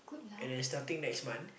and they starting next month